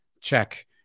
check